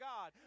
God